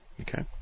Okay